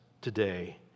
today